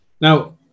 Now